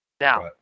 Now